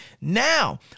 now